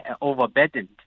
overburdened